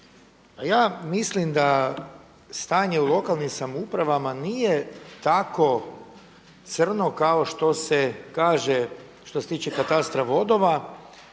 ja mislim da stanje u lokalnim samoupravama nije tako crno kao što se kaže što se tiče katastra vodova